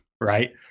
Right